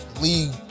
league